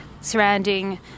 surrounding